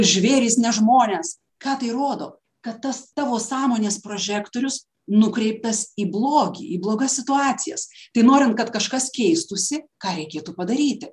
žvėrys ne žmonės ką tai rodo kad tas tavo sąmonės prožektorius nukreiptas į blogį į blogas situacijas tai norint kad kažkas keistųsi ką reikėtų padaryti